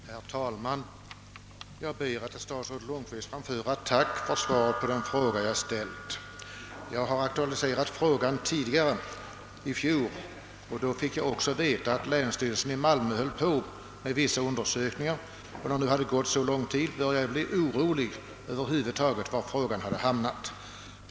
Herr talman! Jag ber att till statsrådet Lundkvist få framföra mitt tack för svaret på den fråga som jag har ställt. Jag aktualiserade frågan även i fjol, och då fick jag också veta att länsstyrelsen i Malmöhus län höll på med vissa undersökningar. Då det nu har gått så lång tid började jag bli orolig över var frågan hade hamnat.